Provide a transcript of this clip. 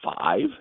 five